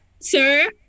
Sir